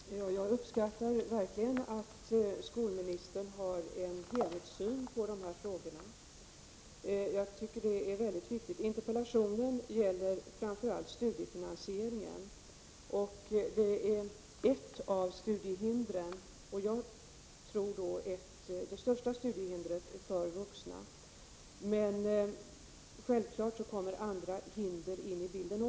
Herr talman! Jag uppskattar verkligen att skolministern har en helhetssyn på dessa frågor. Det är mycket viktigt. Interpellationen gäller framför allt studiefinansieringen, det största studiehindret för vuxna. Men självfallet kommer också andra hinder med i bilden.